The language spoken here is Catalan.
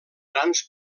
grans